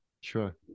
Sure